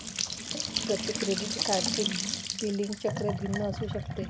प्रत्येक क्रेडिट कार्डचे बिलिंग चक्र भिन्न असू शकते